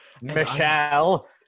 Michelle